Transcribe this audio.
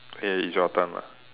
K it's your turn lah